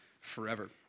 forever